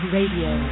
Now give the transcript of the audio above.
Radio